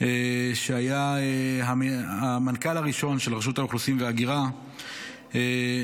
הוא היה המנכ"ל הראשון של רשות האוכלוסין וההגירה ואיש משטרה.